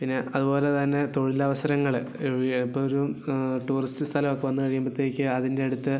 പിന്നെ അതുപോലെ തന്നെ തൊഴിലവസരങ്ങൾ ഇപ്പോൾ ഒരു ടൂറിസ്റ്റ് സ്ഥലമൊക്കെ വന്ന് കഴിയുമ്പോഴത്തേക്ക് അതിൻ്റടുത്ത്